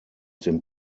dem